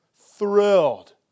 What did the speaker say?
thrilled